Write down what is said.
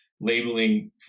labeling